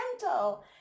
gentle